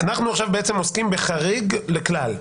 אנחנו עוסקים בחריג לכלל,